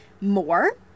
more